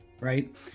Right